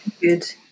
good